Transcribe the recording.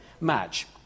match